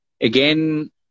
again